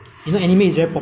like sometimes the